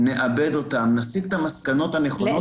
נעבד אותם ונסיק את המסקנות הנכונות.